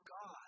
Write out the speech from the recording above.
God